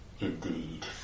Indeed